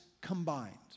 combined